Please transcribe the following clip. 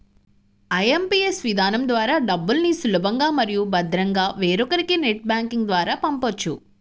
IMPS విధానం ద్వారా డబ్బుల్ని సులభంగా మరియు భద్రంగా వేరొకరికి నెట్ బ్యాంకింగ్ ద్వారా పంపొచ్చు